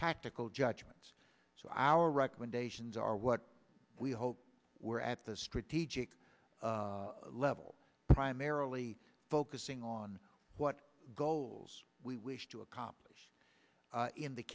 tactical judgments so our recommendations are what we hope were at the strategic level primarily focusing on what goals we wish to accomplish in the